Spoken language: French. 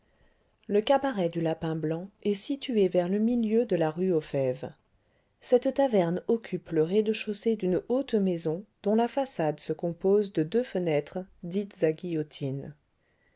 le cabaret du lapin blanc est situé vers le milieu de la rue aux fèves cette taverne occupe le rez-de-chaussée d'une haute maison dont la façade se compose de deux fenêtres dites à guillotine